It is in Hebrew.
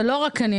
ולא רק אני,